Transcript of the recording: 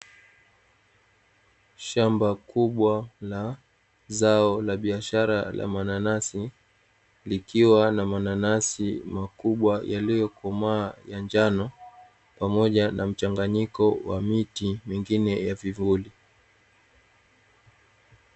Shamba kubwa la zao la biashara la mananasi, likiwa na mananasi makubwa yaliyokomaa ya njano, pamoja na mchanganyiko wa miti mingine ya vivuli.